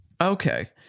Okay